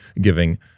giving